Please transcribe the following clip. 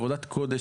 עבודת קודש,